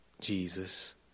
Jesus